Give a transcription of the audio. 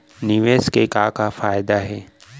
निवेश के का का फयादा हे?